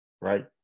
right